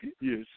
Yes